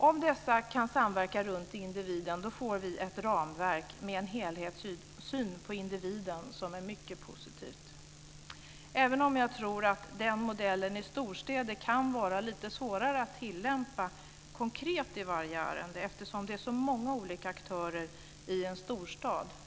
Om dessa kan samverka runt individen får vi ett ramverk med en helhetssyn på individen, vilket är mycket positivt - även om jag tror att den modellen i storstäder kan vara lite svårare att tillämpa konkret i varje ärende eftersom det är så många olika aktörer i en storstad.